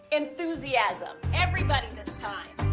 enthusiasm everybody, this time.